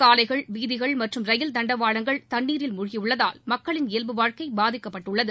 சாலைகள் வீதிகள் மற்றும் ரயில் தண்டவாளங்கள் தண்ணீரில் மூழ்கியுள்ளதால் மக்களின் இயல்பு வாழ்க்கை பாதிக்கப்பட்டுள்ளது